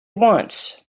once